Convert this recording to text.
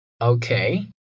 Okay